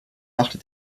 machte